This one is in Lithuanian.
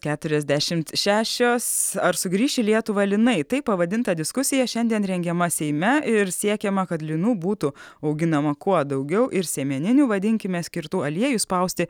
keturiasdešimt šešios ar sugrįš į lietuvą linai taip pavadinta diskusija šiandien rengiama seime ir siekiama kad linų būtų auginama kuo daugiau ir sėmeninių vadinkime skirtų aliejui spausti